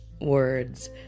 words